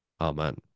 Amen